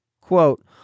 Quote